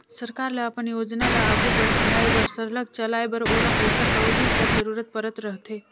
सरकार ल अपन योजना ल आघु बढ़ाए बर सरलग चलाए बर ओला पइसा कउड़ी कर जरूरत परत रहथे